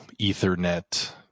Ethernet